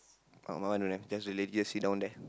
oh my one don't have just the lady sit down there